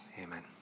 Amen